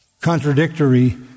contradictory